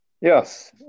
Yes